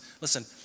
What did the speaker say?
listen